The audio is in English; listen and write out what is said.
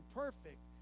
perfect